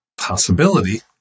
possibility